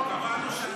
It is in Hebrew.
קבענו שעת הצבעה.